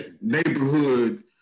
neighborhood